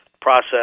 process